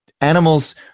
animals